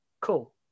cool